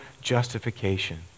justification